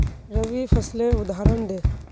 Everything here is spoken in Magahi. रवि फसलेर उदहारण दे?